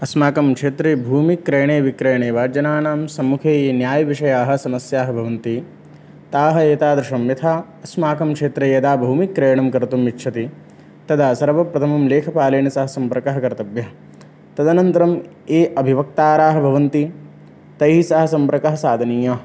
अस्माकं क्षेत्रे भूमिक्रयणे विक्रयणे वा जनानां सम्मुखे ये न्यायविषयाः समस्याः भवन्ति ताः एतादृशं यथा अस्माकं क्षेत्रे यदा भूमिक्रयणं कर्तुमिच्छति तदा सर्वप्रथमं लेखपालेन सह सम्पर्कः कर्तव्यः तदनन्तरं ये अभिवक्तारः भवन्ति तैः सह सम्पर्कः साधनीयः